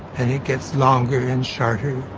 and it gets longer and shorter.